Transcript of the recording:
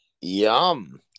Yum